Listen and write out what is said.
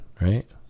right